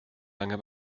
lange